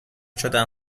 شدن